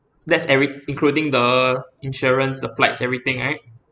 that's every including the insurance the flights everything right